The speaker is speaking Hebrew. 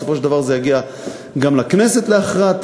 ובסופו של דבר זה יגיע גם לכנסת להכרעתה.